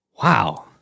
Wow